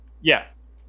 Yes